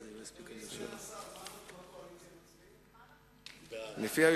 אדוני השר, מה אנחנו, בקואליציה, מצביעים?